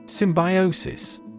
Symbiosis